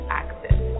access